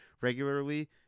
regularly